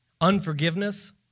Unforgiveness